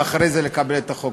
ואחרי זה לקבל את החוק.